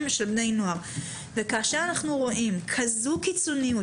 של בני נוער וכשאנחנו רואים כזו קיצוניות,